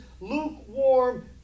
lukewarm